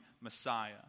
Messiah